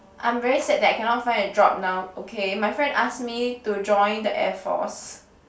I'm very sad that I cannot find a job now okay my friend ask me to join the Air Force